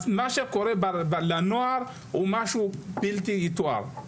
מה שקורה לנוער הוא משהו בלתי יתואר.